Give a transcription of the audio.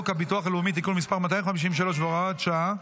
הביטוח הלאומי (תיקון מס' 253 והוראות שעה),